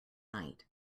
night